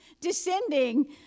descending